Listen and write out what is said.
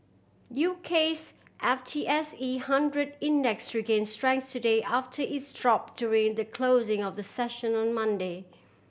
UK's F T S E hundred Index regain strength today after its drop during the closing of the session on Monday